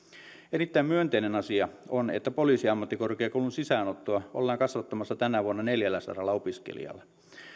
erittäin myönteinen asia on että poliisiammattikorkeakoulun sisäänottoa ollaan kasvattamassa tänä vuonna neljälläsadalla opiskelijalla